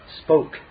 spoke